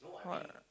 what